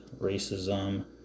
Racism